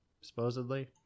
supposedly